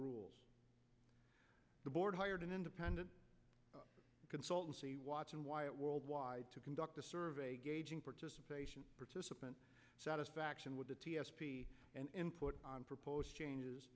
rules the board hired an independent consultancy watson wyatt worldwide to conduct the survey gauging participation participant satisfaction with the t s p and input on proposed changes